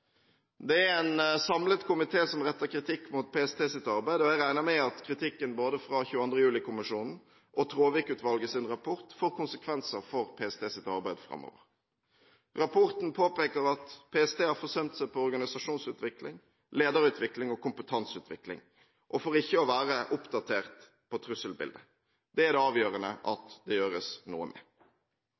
og jeg regner med at kritikken fra 22. juli-kommisjonen og Traavik-utvalgets rapport får konsekvenser for PSTs arbeid framover. Rapporten påpeker at PST har forsømt seg når det gjelder organisasjonsutvikling, lederutvikling og kompetanseutvikling, og for ikke å være oppdatert på trusselbildet. Det er det avgjørende at det gjøres noe med.